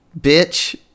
bitch